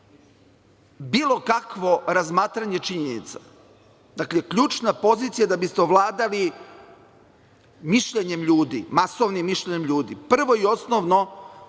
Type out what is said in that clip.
bilo kakvo razmatranje činjenica, dakle, ključna pozicija da biste ovladali mišljenjem ljudi, masovnim mišljenjem ljudi, prvo i osnovno,